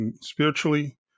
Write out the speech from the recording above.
spiritually